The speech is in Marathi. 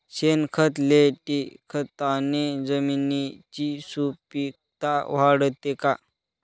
शेणखत, लेंडीखताने जमिनीची सुपिकता वाढते का?